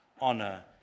honor